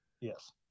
Yes